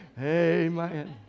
Amen